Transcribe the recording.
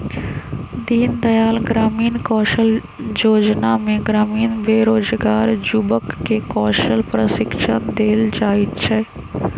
दीनदयाल ग्रामीण कौशल जोजना में ग्रामीण बेरोजगार जुबक के कौशल प्रशिक्षण देल जाइ छइ